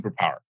superpower